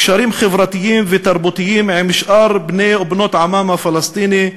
קשרים חברתיים ותרבותיים עם שאר בני ובנות עמם הפלסטיני,